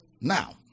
Now